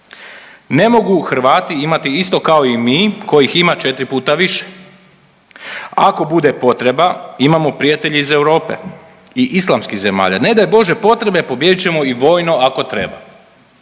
Ne mogu Hrvati imati isto kao i mi kojih ima 4 puta više. Ako bude potreba imamo prijatelje iz Europe i islamskih zemalja. Ne daj Bože potrebe pobijedit ćemo i vojno ako treba.“